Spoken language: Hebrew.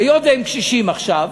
היות שהם קשישים עכשיו,